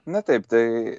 na taip tai